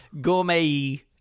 gourmet